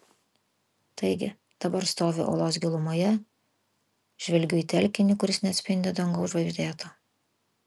taigi dabar stoviu olos gilumoje žvelgiu į telkinį kuris neatspindi dangaus žvaigždėto